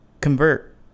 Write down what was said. convert